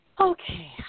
okay